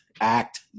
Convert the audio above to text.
act